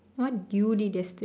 what you did yesterday